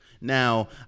Now